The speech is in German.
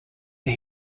der